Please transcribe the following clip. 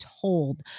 told